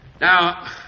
Now